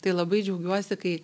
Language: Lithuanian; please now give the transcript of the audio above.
tai labai džiaugiuosi kai